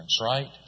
right